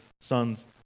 son's